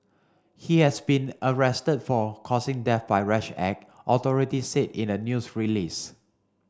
he has been arrested for causing death by rash act authorities said in a news release